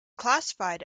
classified